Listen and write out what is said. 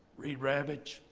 read ravage,